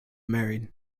married